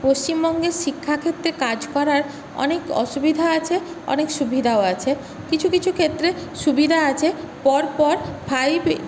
পশ্চিমবঙ্গে শিক্ষাক্ষেত্রে কাজ করার অনেক অসুবিধা আছে অনেক সুবিধাও আছে কিছু কিছু ক্ষেত্রে সুবিধা আছে পরপর ফাইভ